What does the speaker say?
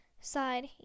side